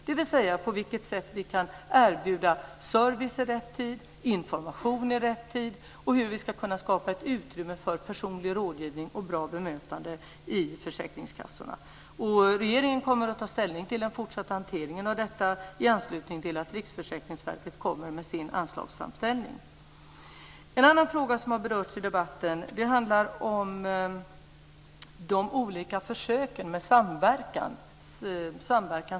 Det handlar om på vilket sätt vi kan erbjuda service i rätt tid, information i rätt tid och hur vi ska kunna skapa ett utrymme för personlig rådgivning och bra bemötande i försäkringskassorna. Regeringen kommer att ta ställning till den fortsatta hanteringen av detta i anslutning till att Riksförsäkringsverket kommer med sin anslagsframställning. En annan fråga som har berörts i debatten handlar om de olika försöken med samverkan.